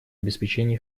обеспечения